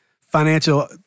financial